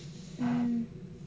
mm